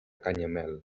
canyamel